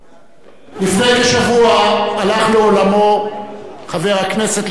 לפני כשבוע הלך לעולמו חבר הכנסת לשעבר,